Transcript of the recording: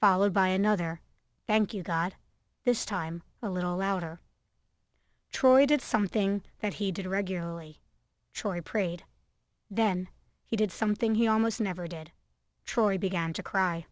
followed by another thank you god this time a little louder troy did something that he did regularly choi prayed then he did something he almost never did troy began to cry